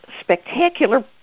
spectacular